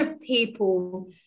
people